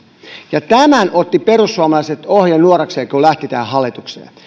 tämän otti perussuomalaiset ohjenuorakseen kun lähti tähän hallitukseen